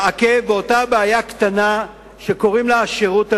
באותה בעיה קטנה שקוראים לה השירות הלאומי.